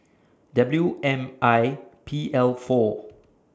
W M I P L four